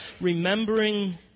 remembering